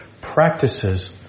practices